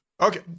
okay